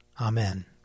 Amen